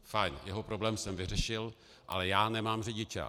Fajn, jeho problém jsem vyřešil, ale já nemám řidičák.